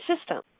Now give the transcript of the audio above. system